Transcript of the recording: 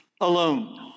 alone